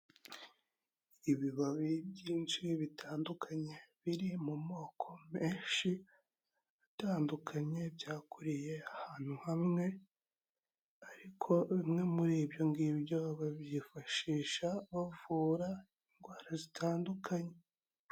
Ibibabi byinshi bitandukanye biri mu moko menshi atandukanye, byakuriye ahantu hamwe ariko bimwe muri ibyo ngibyo babyifashisha bavura indwara zitandukanye.